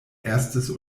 erstes